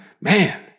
man